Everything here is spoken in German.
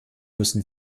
müssen